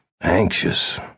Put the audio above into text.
anxious